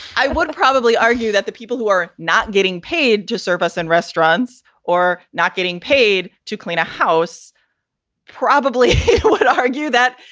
i would probably argue that the people who are not getting paid to serve us in restaurants or not getting paid to clean a house probably would argue that.